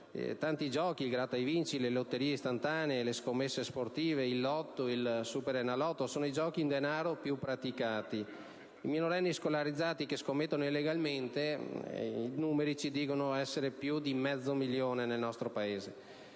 ragazze. Gratta e vinci, lotterie istantanee, scommesse sportive, lotto e superenalotto sono i giochi in denaro più praticati. I minorenni scolarizzati che scommettono illegalmente sono più di mezzo milione nel nostro Paese.